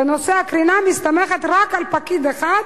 בנושא הקרינה, מסתמכת רק על פקיד אחד,